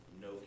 No